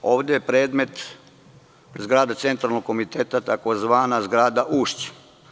Ovde je predmet zgrada Centralnog komiteta, tzv. zgrada „Ušće“